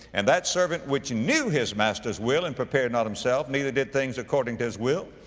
and that servant, which knew his master's will, and prepared not himself, neither did things according to his will,